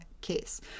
case